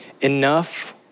enough